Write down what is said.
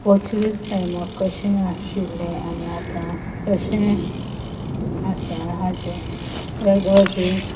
Portuguese टायमार कशें आशिल्लें आनी आतां कशें आसा हाचें वेग वेगळीं